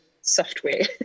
software